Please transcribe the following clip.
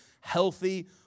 healthy